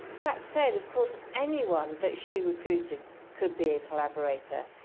that said, of course, anyone that she recruited could be a collaborator.